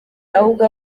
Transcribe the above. ahubwo